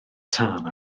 tân